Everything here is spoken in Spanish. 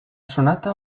sonata